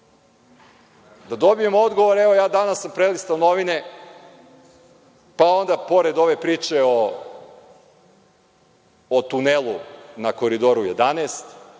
da dobijemo odgovore. Evo, ja sam danas prelistao novine, pa onda pored ove priče o tunelu na Koridoru 11,